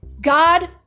God